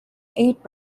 eight